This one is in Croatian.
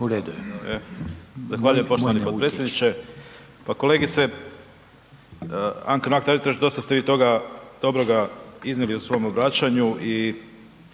(HSS)** Zahvaljujem poštovani potpredsjedniče. Pa kolegice Anka Mrak Taritaš dosta ste vi toga dobroga iznijeli u svom obraćanju